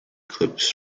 clips